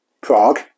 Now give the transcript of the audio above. Prague